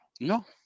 No